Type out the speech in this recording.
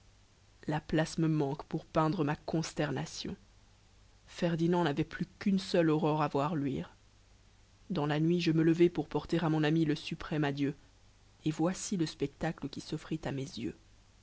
la place me manque pour peindre ma consternation ferdinand navait plus quune seule aurore à voir luire dans la nuit je me levai pour porter à mon ami le suprême adieu et voici le spectacle qui soffrit à mes yeux